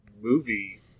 movie